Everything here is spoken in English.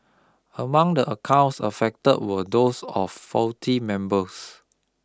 among the accounts affect were those of faculty members